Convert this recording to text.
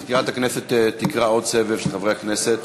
בעד מזכירת הכנסת תקרא עוד סבב של חברי הכנסת,